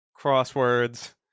crosswords